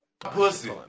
Pussy